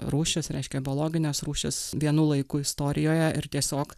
rūšis reiškia biologines rūšis vienu laiku istorijoje ir tiesiog